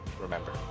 remember